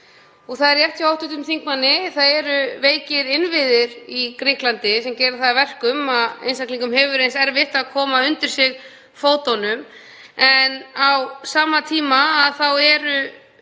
er rétt hjá hv. þingmanni, það eru veikir innviðir í Grikklandi sem gera það að verkum að einstaklingum hefur reynst erfitt að koma undir sig fótunum en á sama tíma eru